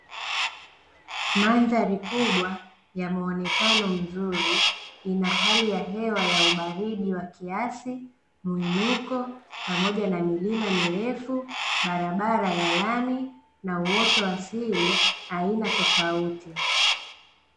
Mandhari kubwa ya muonekano mzuri, ina hali ya hewa ya ubaridi wa kiasi, muinuko pamoja na milima mirefu, barabara ya lami na uoto wa asili aina tofauti.